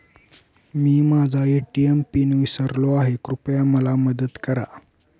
मी माझा ATM PIN विसरलो आहे, कृपया मला मदत करा